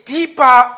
deeper